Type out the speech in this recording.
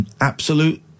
absolute